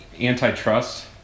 antitrust